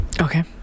Okay